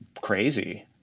crazy